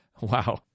Wow